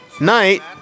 Night